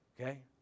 okay